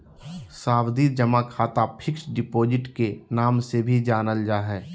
सावधि जमा खाता फिक्स्ड डिपॉजिट के नाम से भी जानल जा हय